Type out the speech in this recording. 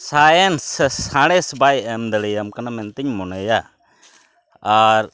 science ᱥᱮ ᱥᱟᱬᱮᱥ ᱵᱟᱭ ᱮᱢ ᱫᱟᱲᱮᱭᱟᱢ ᱠᱟᱱᱟ ᱢᱮᱱᱛᱮᱧ ᱢᱚᱱᱮᱭᱟ ᱟᱨ